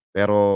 Pero